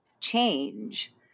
change